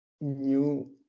new